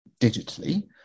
digitally